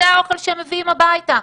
זה האוכל שהם מביאים הביתה.